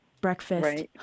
breakfast